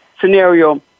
scenario